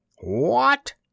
What